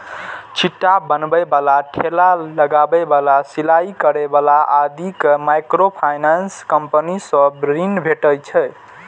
छिट्टा बनबै बला, ठेला लगबै बला, सिलाइ करै बला आदि कें माइक्रोफाइनेंस कंपनी सं ऋण भेटै छै